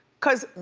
cause